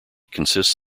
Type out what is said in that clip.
consists